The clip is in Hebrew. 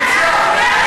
כי זו ההצעה